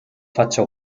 faccia